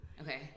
Okay